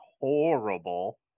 horrible